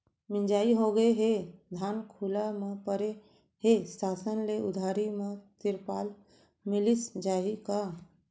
मिंजाई होगे हे, धान खुला म परे हे, शासन ले उधारी म तिरपाल मिलिस जाही का?